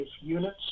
units